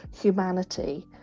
humanity